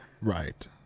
Right